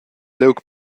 liug